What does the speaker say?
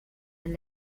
and